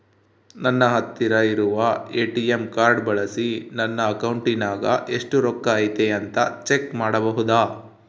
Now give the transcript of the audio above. ನನ್ನ ಹತ್ತಿರ ಇರುವ ಎ.ಟಿ.ಎಂ ಕಾರ್ಡ್ ಬಳಿಸಿ ನನ್ನ ಅಕೌಂಟಿನಾಗ ಎಷ್ಟು ರೊಕ್ಕ ಐತಿ ಅಂತಾ ಚೆಕ್ ಮಾಡಬಹುದಾ?